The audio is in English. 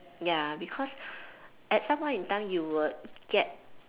ya because at some point in time you will get